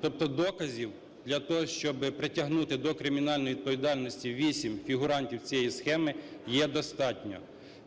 Тобто доказів для того, щоб притягнути до кримінальної відповідальності 8 фігурантів цієї схеми, є достатньо.